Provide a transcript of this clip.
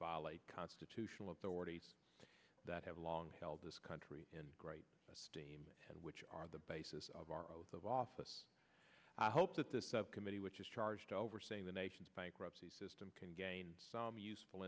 violate constitutional authorities that have long held this country in great esteem and which are the basis of our oath of office i hope that this subcommittee which is charged to overseeing the nation's bankruptcy system can gain some useful